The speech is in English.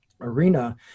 arena